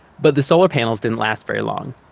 but the solar panels didn't last very long.